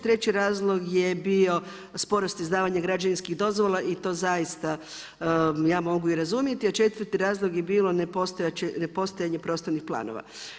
Treći razlog je bio sporost izdavanja građevinskih dozvola i to zaista ja mogu i razumjeti a 4. razlog je bilo nepostojanje prostornih planova.